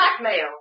blackmail